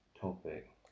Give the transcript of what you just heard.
topic